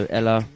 Ella